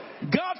God